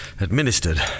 Administered